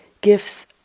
gifts